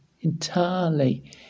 entirely